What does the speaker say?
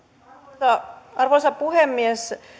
arvoisa arvoisa puhemies